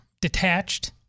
detached